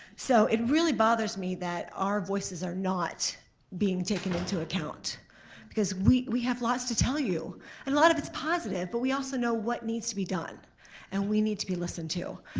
so it really bothers me that our voices are not being taken into account because we we have lots to tell you and a lot of it's positive. but we also know what needs to be done and we need to be listened to.